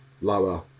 lower